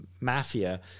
mafia